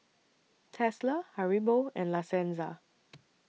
Tesla Haribo and La Senza